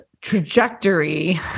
trajectory